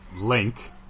link